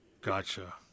Gotcha